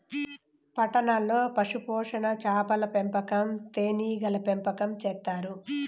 పట్టణాల్లో పశుపోషణ, చాపల పెంపకం, తేనీగల పెంపకం చేత్తారు